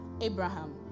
Abraham